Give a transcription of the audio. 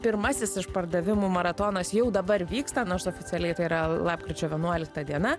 pirmasis išpardavimų maratonas jau dabar vyksta nors oficialiai tai yra lapkričio vienuolikta diena